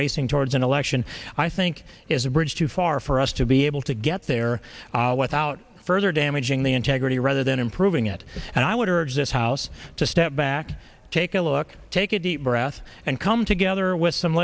racing towards an election i think is a bridge too far for us to be able to get there without further damaging the integrity rather than improving it and i would urge this house to step back take a look take a deep breath and come together with some